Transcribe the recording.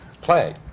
play